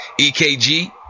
EKG